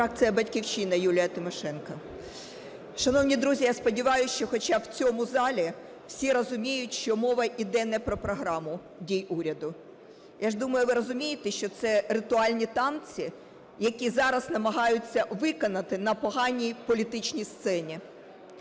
Фракція "Батьківщина", Юлія Тимошенко. Шановні друзі, я сподіваюся, що хоча б в цьому залі всі розуміють, що мова йде не про програму дій уряду. Я думаю, ви розумієте, що це ритуальні танці, які зараз намагаються виконати на поганій політичній сцені.